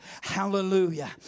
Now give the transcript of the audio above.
Hallelujah